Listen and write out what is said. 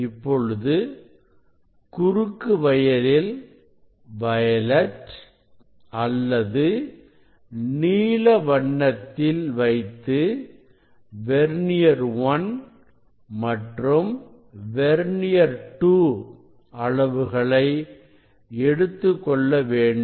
இப்பொழுது குறுக்கு வயரில் வயலட் அல்லது நீல வண்ணத்தில் வைத்து வெர்னியர் 1 மற்றும் வெர்னியர் 2 அளவுகளை எடுத்துக்கொள்ள வேண்டும்